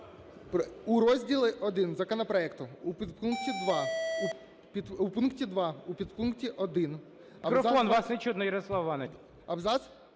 У розділі І законопроекту, у пункті 2 у підпункті 1…